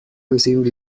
receiving